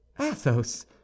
athos